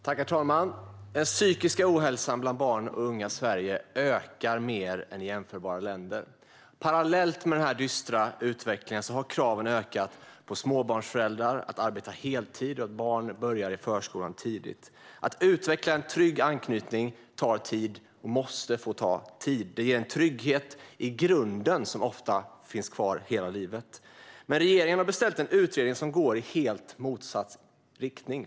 Herr talman! Den psykiska ohälsan bland barn och unga i Sverige ökar mer än i jämförbara länder. Parallellt med denna dystra utveckling har kraven ökat på småbarnsföräldrar att arbeta heltid och att barn ska börja i förskolan tidigt. Att utveckla en trygg anknytning tar tid och måste få ta tid. Det ger en trygghet i grunden som ofta finns kvar hela livet. Men regeringen har beställt en utredning som går i helt motsatt riktning.